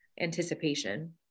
anticipation